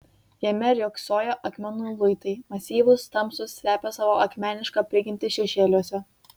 jame riogsojo akmenų luitai masyvūs tamsūs slepią savo akmenišką prigimtį šešėliuose